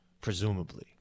presumably